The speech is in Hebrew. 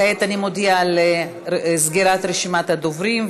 כעת אני מודיעה על סגירת רשימת הדוברים.